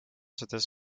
s’étaient